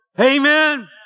Amen